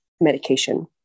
medication